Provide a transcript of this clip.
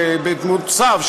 בדמות צב,